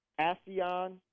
ASEAN